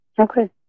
Okay